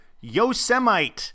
Yosemite